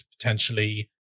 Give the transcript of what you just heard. potentially